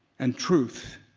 and truth,